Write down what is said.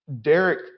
Derek